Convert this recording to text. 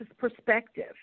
perspective